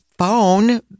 Phone